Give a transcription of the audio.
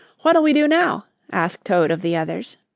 what'll we do now? asked toad of the others.